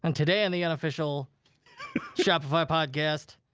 and today on the unofficial shopify podcast,